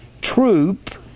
troop